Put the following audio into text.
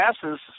passes